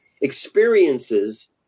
experiences